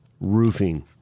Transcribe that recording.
Roofing